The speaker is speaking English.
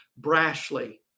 brashly